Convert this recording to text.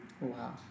Wow